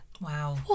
Wow